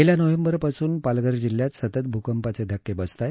गेल्या नोव्हेंबरपासून पालघर जिल्ह्यात सतत भूकंपाचे धक्के बसत आहेत